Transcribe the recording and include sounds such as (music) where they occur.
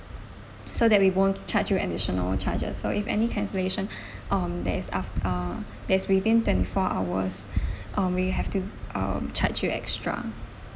so that we won't charge you additional charges so if any cancellation (breath) on that is aft~ uh that is within twenty four hours (breath) um we have to um charge you extra